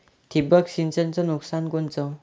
ठिबक सिंचनचं नुकसान कोनचं?